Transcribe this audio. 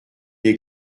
des